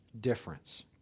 difference